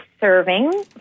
serving